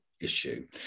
issue